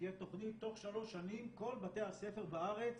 שתהיה תוכנית תוך שלוש שנים שכל בתי הספר בארץ